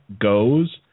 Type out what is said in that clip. goes